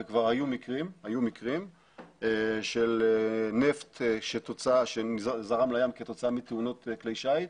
וכבר היו מקרים של נפט שזרם לים כתוצאה מתאונות כלי שייט,